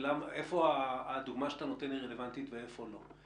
ואיפה הדוגמה שאתה נותן היא רלבנטית ואיפה לא.